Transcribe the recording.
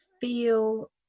feel